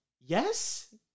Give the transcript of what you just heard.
Yes